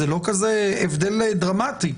זה לא כזה הבדל דרמטי.